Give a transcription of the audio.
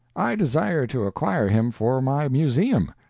i desire to acquire him for my museum,